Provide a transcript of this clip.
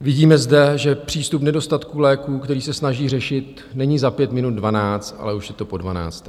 Vidíme zde, že přístup k nedostatku léků, který se snaží řešit, není za pět minut dvanáct, ale už je to po dvanácté.